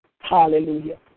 Hallelujah